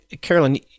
Carolyn